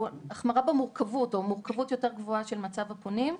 במורכבות או מורכבות גבוהה יותר של מצב הפונים.